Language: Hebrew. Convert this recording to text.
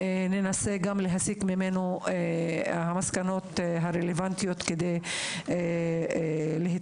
וננסה להסיק ממנו גם מסקנות רלוונטיות כדי להתקדם.